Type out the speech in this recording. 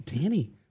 Danny